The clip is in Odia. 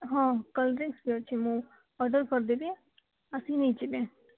ହଁ କୋଲ୍ଡ୍ରିଂକ୍ସ ବି ଅଛି ମୁଁ ଅର୍ଡ଼ର୍ କରଦେବି ଆସିକି ନେଇଯିବେ